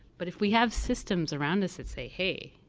but if we have systems around us that say, hey,